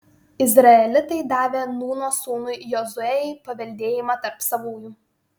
izraelitai davė nūno sūnui jozuei paveldėjimą tarp savųjų